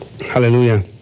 Hallelujah